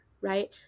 right